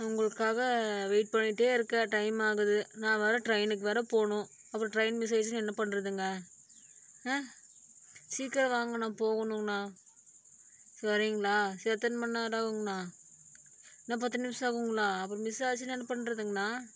நான் உங்களுக்காக வெயிட் பண்ணிகிட்டே இருக்கேன் டைம் ஆகுது நான் வேறு ட்ரெயினுக்கு வேறு போகணும் அப்புறம் ட்ரெயின் மிஸ் ஆயிடுச்சுன்னா என்ன பண்றதுங்க சீக்கிரம் வாங்கண்ணா போகணுங்கணா சரி வரீங்களா சரி எத்தனை மண் நேரம் ஆகுங்கணா இன்னும் பத்து நிமிஷம் ஆகுங்களா அப்புறம் மிஸ் ஆச்சுன்னால் என்ன பண்றதுங்கணா